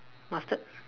mustard